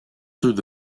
through